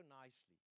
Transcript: nicely